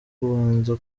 kubanza